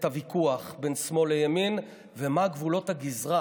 הוויכוח בין שמאל לימין ומה גבולות הגזרה